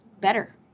better